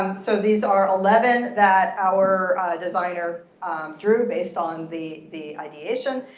so these are eleven that our designer drew based on the the ideation.